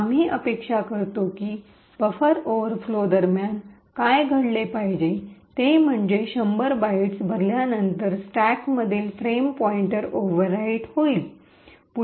आम्ही अपेक्षा करतो की बफर ओव्हरफ्लो दरम्यान काय घडले पाहिजे ते म्हणजे 100 बाइट्स भरल्यानंतर स्टैकमधील फ्रेम पॉइन्टर ओव्हरराईट होईल